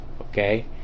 okay